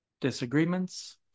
Disagreements